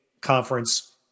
conference